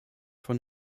von